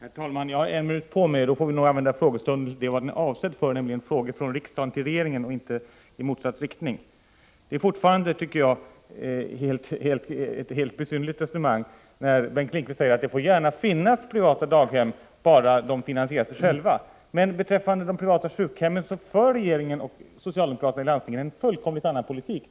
Herr talman! Jag har en minut på mig, och då får vi nog använda frågestunden till vad den är avsedd för, nämligen frågor från riksdagen till regeringen och inte i motsatt riktning. Det är fortfarande, tycker jag, ett helt besynnerligt resonemang när Bengt Lindqvist säger att det gärna får finnas privata daghem bara de finansierar sig själva. Men beträffande de privata sjukhemmen för regeringen och socialdemokraterna i landstingen en helt annan politik.